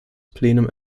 plenum